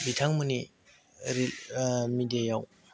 बिथांमोनि मिडियायाव